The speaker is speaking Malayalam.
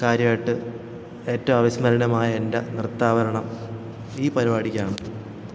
കാര്യമായിട്ട് ഏറ്റവും അവിസ്മരണീയമായ എൻ്റെ നൃത്താവതരണം ഈ പരിപാടിക്കാണ്